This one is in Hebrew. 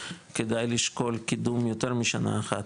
כדאי לשקול קידום יותר משנה אחת,